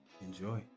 Enjoy